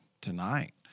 tonight